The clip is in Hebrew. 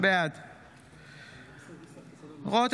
בעד משה רוט,